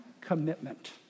commitment